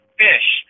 fish